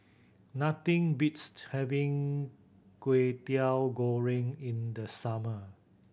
nothing beats having Kwetiau Goreng in the summer